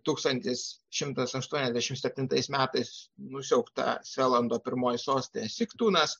tūkstantis šimtas aštuoniasdešimt septintais metais nusiaubta svelando pirmoji sostė siktunas